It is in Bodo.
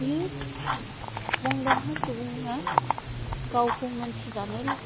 बियो मुंदांखा सुबुङा गावखौ मिन्थिजानो